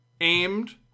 aimed